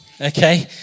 okay